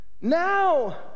Now